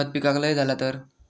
खता पिकाक लय झाला तर?